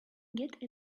get